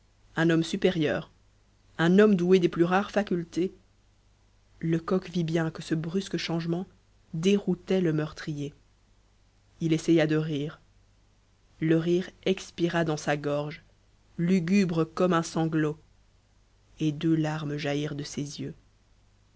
un homme supérieur un homme doué des plus rares facultés lecoq vit bien que ce brusque changement déroutait le meurtrier il essaya de rire le rire expira dans sa gorge lugubre comme un sanglot et deux larmes jaillirent de ses yeux